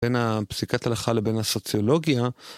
בין הפסיקת הלכה לבין הסוציולוגיה.